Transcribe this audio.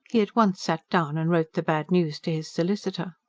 he at once sat down and wrote the bad news to his solicitor.